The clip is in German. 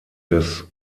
des